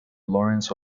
laurence